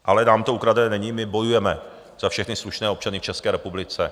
Ale nám to ukradené není, my bojujeme za všechny slušné občany v České republice.